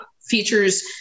features